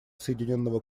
соединенного